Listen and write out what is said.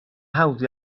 hawdd